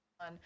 on